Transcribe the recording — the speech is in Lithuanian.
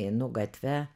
einu gatve